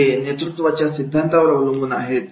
जे नेतृत्वाच्या सिद्धांतावर अवलंबून आहेत